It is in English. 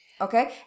Okay